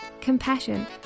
compassion